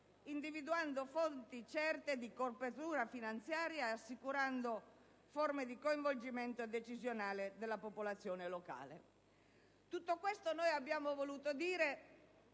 individuando fonti certe di copertura finanziaria e assicurando forme di coinvolgimento decisionale della popolazione locale. Tutto questo abbiamo voluto dire